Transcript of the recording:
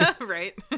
Right